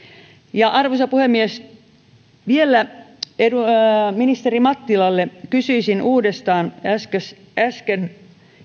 arvoisa puhemies vielä ministeri mattilalle kysyisin uudestaan äsken äsken